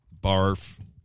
Barf